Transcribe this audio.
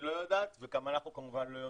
לא יודעת וגם אנחנו כמובן לא יודעים,